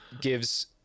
gives